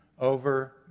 over